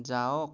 যাওক